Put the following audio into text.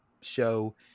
show